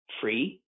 free